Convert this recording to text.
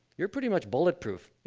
you are pretty much bulletproof,